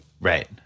Right